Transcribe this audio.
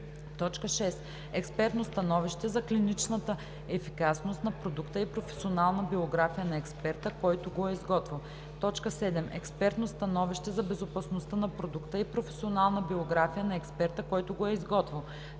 6. експертно становище за клиничната ефикасност на продукта и професионална биография на експерта, който го е изготвил; 7. експертно становище за безопасността на продукта и професионална биография на експерта, който го е изготвил;